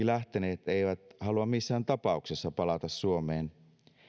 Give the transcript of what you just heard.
lähteneet eivät halua missään tapauksessa palata suomeen